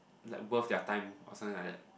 like worth their time or something like that